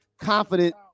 confident